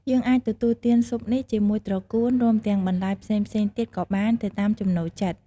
យើងអាចទទួលទានស៊ុបនេះជាមួយត្រកួន រួមទាំងបន្លែផ្សេងៗទៀតក៏បាន ទៅតាមចំណូលចិត្ត។